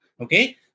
Okay